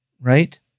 right